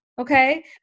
okay